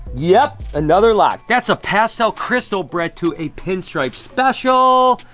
yep, another lock. that's a pastel crystal bred to a pinstripe special.